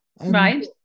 Right